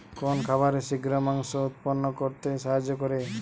কোন খাবারে শিঘ্র মাংস উৎপন্ন করতে সাহায্য করে?